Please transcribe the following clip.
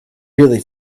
really